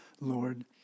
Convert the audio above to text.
Lord